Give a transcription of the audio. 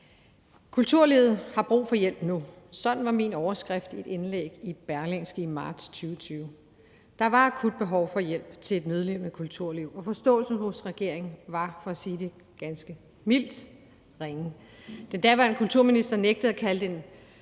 Kulturlivet har brug for hjælp nu. Sådan var min overskrift i et indlæg i Berlingske i marts 2020. Der var akut behov for hjælp til et nødlidende kulturliv, og forståelsen hos regeringen var – for at sige det ganske mildt – ringe. Den daværende kulturminister nægtede at kalde den